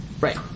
Right